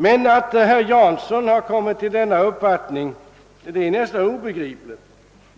Men att Axel Jansson har kommit till denna uppfattning är nästan obegripligt,